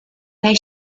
they